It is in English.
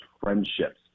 friendships